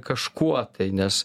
kažkuo tai nes